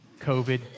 COVID